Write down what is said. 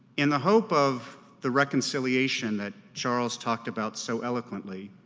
in the hope of the reconciliation that charles talked about so eloquently,